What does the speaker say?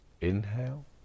Inhale